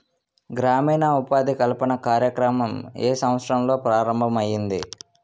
గ్రామీణ ఉపాధి కల్పన కార్యక్రమం ఏ సంవత్సరంలో ప్రారంభం ఐయ్యింది?